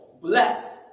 blessed